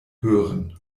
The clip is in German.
hören